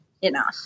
Enough